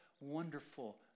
wonderful